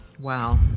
wow